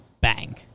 Bang